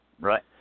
Right